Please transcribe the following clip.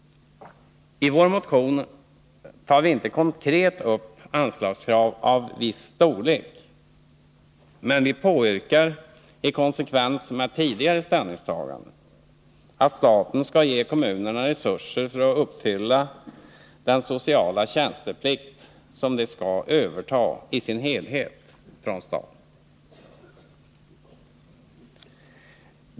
I vår motion tar vi inte konkret upp anslagskrav av viss storlek, men vi påyrkar, i konsekvens med tidigare ställningstagande, att staten skall ge kommunerna resurser för att uppfylla den sociala tjänsteplikt som de skall överta i dess helhet från staten.